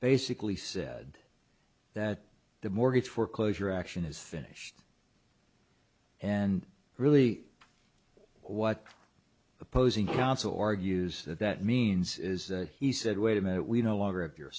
basically said that the mortgage foreclosure action is finished and really what opposing counsel argues that that means is he said wait a minute we no longer have your